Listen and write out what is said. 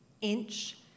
Inch